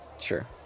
Sure